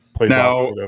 Now